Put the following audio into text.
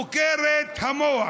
חוקרת מוח.